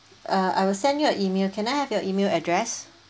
uh I'll send you a email can I have your email address